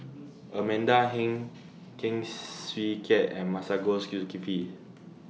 Amanda Heng Heng Swee Keat and Masagos Zulkifli